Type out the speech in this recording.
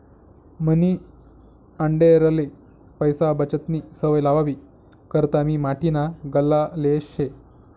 मनी आंडेरले पैसा बचतनी सवय लावावी करता मी माटीना गल्ला लेयेल शे